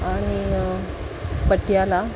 आणि पटियाला